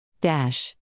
dash